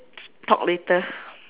talk later